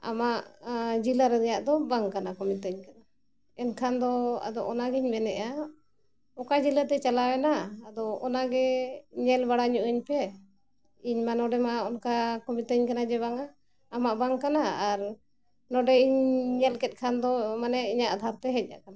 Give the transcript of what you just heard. ᱟᱢᱟᱜ ᱡᱮᱞᱟ ᱨᱮᱱᱟᱜ ᱫᱚ ᱵᱟᱝ ᱠᱟᱱᱟ ᱠᱚ ᱢᱤᱛᱟᱹᱧ ᱠᱟᱱᱟ ᱮᱱᱠᱷᱟᱱ ᱫᱚ ᱟᱫᱚ ᱚᱱᱟᱜᱤᱧ ᱢᱮᱱᱮᱜᱼᱟ ᱚᱠᱟ ᱡᱮᱞᱟ ᱛᱮ ᱪᱟᱞᱟᱣ ᱮᱱᱟ ᱟᱫᱚ ᱚᱱᱟᱜᱮ ᱧᱮᱞ ᱵᱟᱲᱟ ᱧᱚᱜ ᱟᱹᱧᱯᱮ ᱤᱧᱢᱟ ᱱᱚᱰᱮᱢᱟ ᱚᱱᱠᱟ ᱠᱚ ᱢᱤᱛᱟᱹᱧ ᱠᱟᱱᱟ ᱡᱮ ᱵᱟᱝᱟ ᱟᱢᱟᱜ ᱵᱟᱝ ᱠᱟᱱᱟ ᱟᱨ ᱱᱚᱰᱮ ᱤᱧ ᱧᱮᱞ ᱠᱮᱫ ᱠᱷᱟᱱ ᱫᱚ ᱢᱟᱱᱮ ᱤᱧᱟᱹᱜ ᱟᱫᱷᱟᱨᱛᱮ ᱦᱮᱡ ᱟᱠᱟᱱᱟ